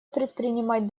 предпринимать